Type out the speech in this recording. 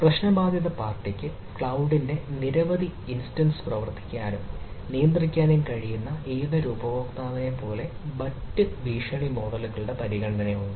പ്രശ്നബാധിത പാർട്ടിക്ക് ക്ലൌഡിന്റെ നിരവധി ഇൻസ്റ്റൻസ് പ്രവർത്തിപ്പിക്കാനും നിയന്ത്രിക്കാനും കഴിയുന്ന ഏതൊരു ഉപഭോക്താവിനെയും പോലെ മറ്റ് ഭീഷണി മോഡലുകളുടെ പരിഗണനയുണ്ട്